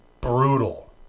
brutal